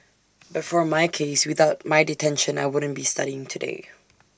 but for my case without my detention I wouldn't be studying today